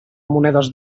monedes